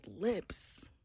Lip's